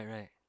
Right